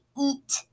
eat